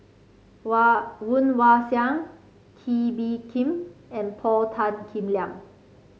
Wah Woon Wah Siang Kee Bee Khim and Paul Tan Kim Liang